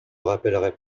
rappellerai